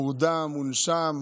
מורדם, מונשם,